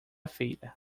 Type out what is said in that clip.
feira